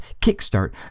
kickstart